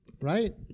right